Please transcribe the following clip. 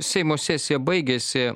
seimo sesija baigėsi